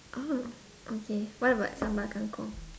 oh okay what about sambal kang-kong